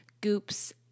Goop's